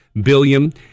billion